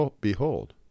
Behold